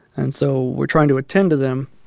and so we're trying to attend to them.